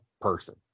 person